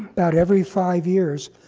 bout every five years,